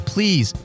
Please